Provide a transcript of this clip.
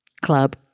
club